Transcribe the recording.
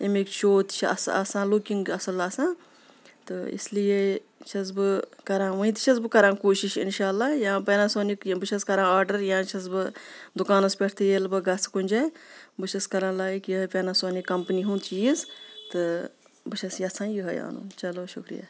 اَمِکۍ شو تہِ چھِ اَصٕل آسان لُکِنٛگ اَصٕل آسان تہٕ اِسلیے چھس بہٕ کَران ؤنۍ تہِ چھس بہٕ کَران کوٗشِش اِنشاء اللہ یا پینَسونِک یہِ بہٕ چھس کَران آڈَر یا چھس بہٕ دُکانَس پٮ۪ٹھ تہِ ییٚلہِ بہٕ گژھٕ کُنہِ جاے بہٕ چھس کَران لایِک یِہَے پینَسونِک کَمپٔنی ہُنٛد چیٖز تہٕ بہٕ چھس یَژھان یِہَے اَنُن چَلو شُکریہ